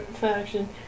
fashion